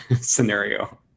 scenario